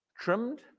trimmed